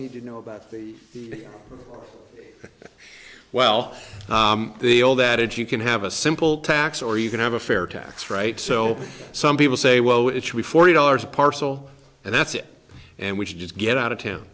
need to know about the well the all that is you can have a simple tax or you can have a fair tax write so some people say well it should be forty dollars a parcel and that's it and we should just get out of town